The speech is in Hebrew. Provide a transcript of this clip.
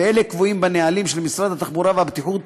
ואלה קבועים בנהלים של משרד התחבורה והבטיחות